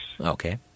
Okay